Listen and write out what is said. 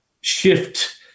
shift